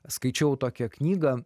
skaičiau tokią knygą